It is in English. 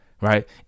Right